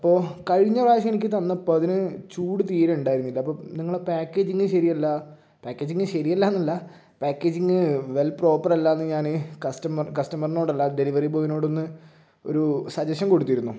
അപ്പോൾ കഴിഞ്ഞ പ്രാവശ്യം എനിക്ക് തന്നപ്പോൾ അതിന് ചൂട് തീരെ ഉണ്ടായിരുന്നില്ല അപ്പം നിങ്ങളെ പാക്കേജിങ് ശരിയല്ല പാക്കേജിങ് ശരിയല്ല എന്നല്ല പാക്കേജിങ് വെൽ പ്രോപ്പർ അല്ല എന്ന് ഞാന് കസ്റ്റമർ കസ്റ്റമറിനോട് അല്ല ഡെലിവറി ബോയിനോട് ഒന്ന് ഒരു സജഷൻ കൊടുത്തിരുന്നു